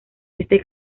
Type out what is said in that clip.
este